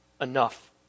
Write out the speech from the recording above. enough